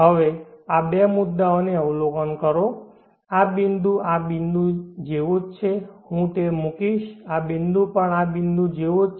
હવે આ બે મુદ્દાઓને અવલોકન કરો આ બિંદુ આ બિંદુ જેવો જ છે હું તે મૂકીશ આ બિંદુ પણ આ બિંદુ જેવો જ છે